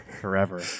forever